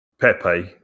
Pepe